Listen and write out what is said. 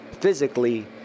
physically